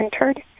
entered